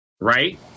right